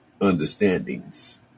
understandings